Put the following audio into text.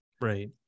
Right